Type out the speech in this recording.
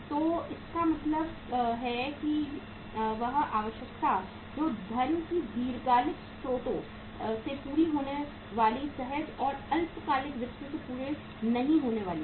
तो इसका मतलब है कि वह आवश्यकता जो धन के दीर्घकालिक स्रोतों से पूरी होने वाली सहज और अल्पकालिक वित्त से पूरी नहीं होने वाली है